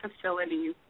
facilities